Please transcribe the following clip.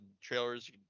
trailers